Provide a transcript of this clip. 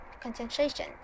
concentration